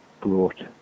brought